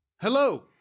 Hello